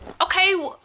Okay